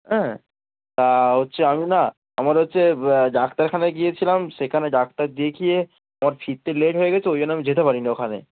হ্যাঁ তা হচ্ছে আমি না আমার হচ্ছে ডাক্তারখানে গিয়েছিলাম সেখানে ডাক্তার দিয়ে খিয়ে আমার ফিরতে লেট হয়ে গেছে ওই জন্য আমি যেতে পারি নি না ওখানে